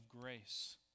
grace